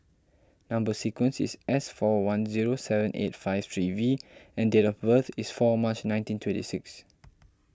Number Sequence is S four one zero seven eight five three V and date of birth is four March nineteen twenty six